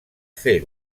fer